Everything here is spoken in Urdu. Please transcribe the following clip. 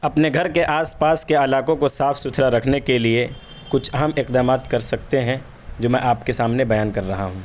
اپنے گھر کے آس پاس کے علاقوں کو صاف ستھرا رکھنے کے لیے کچھ اہم اقدامات کر سکتے ہیں جو میں آپ کے سامنے بیان کر رہا ہوں